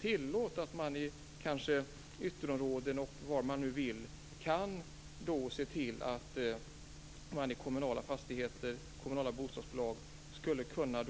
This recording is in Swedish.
Tillåt att man exempelvis i ytterområden i kommunala bostadsbolag kunde